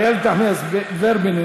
איילת נחמיאס ורבין,